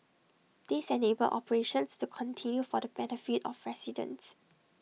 this enabled operations to continue for the benefit of residents